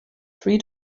three